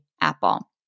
Apple